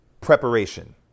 preparation